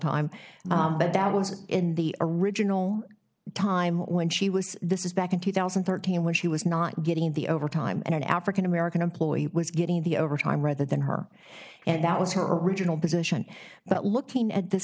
time but that was in the original time when she was this is back in two thousand and thirteen when she was not getting the overtime and an african american employee was getting the overtime rather than her and that was her original position but looking at this